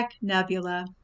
nebula